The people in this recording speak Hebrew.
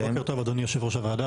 בוקר טוב, אדוני יו"ר הוועדה.